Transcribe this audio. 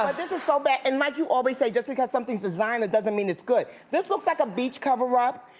this is so bad. and like you always say, just because something's designer doesn't mean it's good. this looks like a beach coverup.